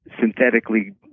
synthetically